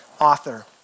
author